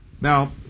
Now